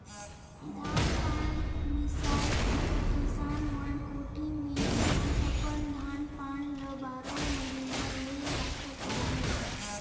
धान पान मिसाए तेकर किसान मन कोठी मे ही अपन धान पान ल बारो महिना ले राखत रहिन